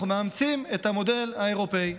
אנחנו מאמצים את המודל האירופי.